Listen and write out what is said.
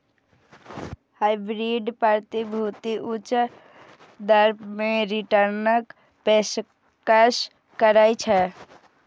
hybrid प्रतिभूति उच्च दर मे रिटर्नक पेशकश करै छै